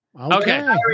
Okay